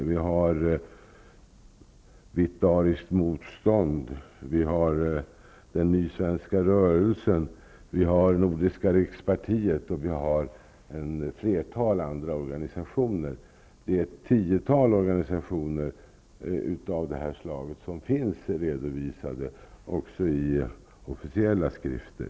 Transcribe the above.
Vi har Vitt ariskt motstånd, vi har den nysvenska rörelsen, vi har Nordiska rikspartiet, och vi har ett flertal andra organisationer. Ett tiotal organisationer av det här slaget finns redovisade också i officiella skrifter.